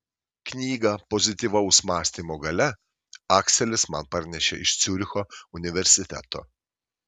knygą pozityvaus mąstymo galia akselis man parnešė iš ciuricho universiteto